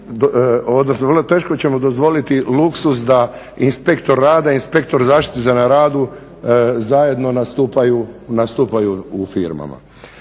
i vrlo teško ćemo dozvoliti luksuz da inspektor rada, inspektor zaštite na radu zajedno nastupaju u firmama.